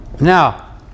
Now